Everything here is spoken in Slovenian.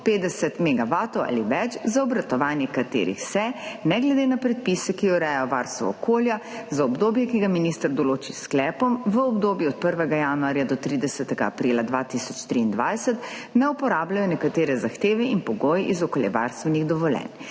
ali več za obratovanje katerih se ne glede na predpise, ki urejajo varstvo okolja, za obdobje, ki ga minister določi s sklepom v obdobju od 1. januarja do 30. aprila 2023 ne uporabljajo nekatere zahteve in pogoji iz okoljevarstvenih dovoljenj.